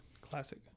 Classic